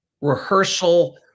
rehearsal